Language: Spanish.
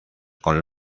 con